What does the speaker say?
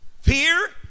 Fear